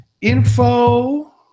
Info